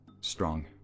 strong